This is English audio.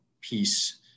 piece